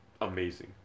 amazing